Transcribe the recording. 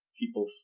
people